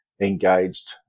engaged